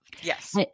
Yes